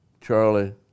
Charlie